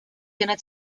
jener